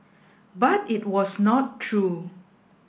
but it was not true